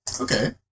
Okay